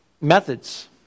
methods